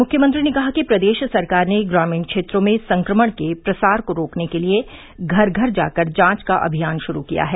मुख्यमंत्री ने कहा कि प्रदेश सरकार ने ग्रामीण क्षेत्रों में संक्रमण के प्रसार को रोकने के लिये घर घर जाकर जांच का अभियान श्रू किया है